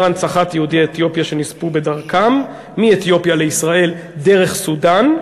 הנצחת זכר יהודי אתיופיה שנספו בדרכם מאתיופיה לישראל דרך סודאן.